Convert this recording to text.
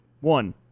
one